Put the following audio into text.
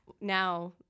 Now